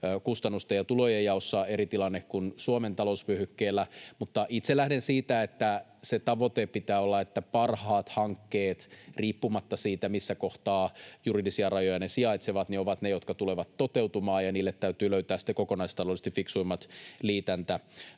kustannusten ja tulojen jaossa eri tilanne kuin Suomen talousvyöhykkeellä. Mutta itse lähden siitä, että tavoitteen pitää olla, että parhaat hankkeet, riippumatta siitä, missä kohtaa juridisia rajoja ne sijaitsevat, ovat ne, jotka tulevat toteutumaan, ja niille täytyy löytää sitten kokonaistaloudellisesti fiksuimmat liitäntätavat.